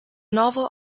novel